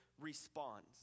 responds